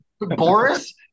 Boris